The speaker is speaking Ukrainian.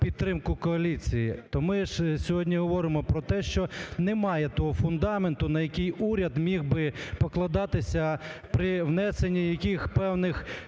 підтримку коаліції. То ми ж сьогодні говоримо про те, що немає того фундаменту, на який уряд міг би покладатися при внесенні яких певних